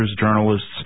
journalists